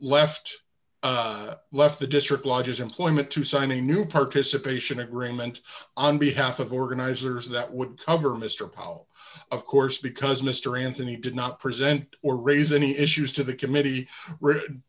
left left the district lodges employment to sign a new participation agreement on behalf of organizers that would cover mr powell of course because mr anthony did not present or raise any issues to the committee rich